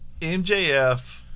MJF